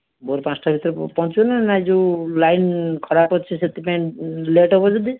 ଭୋର ପାଞ୍ଚଟା ଭିତରେ ପହଞ୍ଚିବ ନା ନାଇଁ ଯେଉଁ ଲାଇନ ଖରାପ ଅଛି ସେଥିପାଇଁ ଲେଟ ହେବ ଯଦି